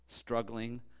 struggling